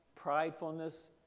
pridefulness